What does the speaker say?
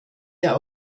der